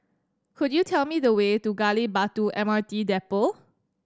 could you tell me the way to Gali Batu M R T Depot